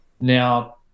now